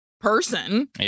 person